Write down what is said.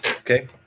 Okay